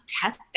test